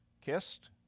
kissed